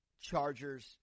chargers